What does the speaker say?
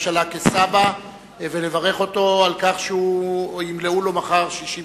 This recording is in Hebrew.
הממשלה כסבא ולברך אותו על כך שימלאו לו מחר 60 שנה,